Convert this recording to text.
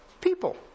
people